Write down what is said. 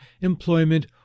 employment